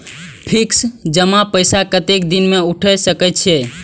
Fix जमा पैसा कतेक दिन में उठाई सके छी?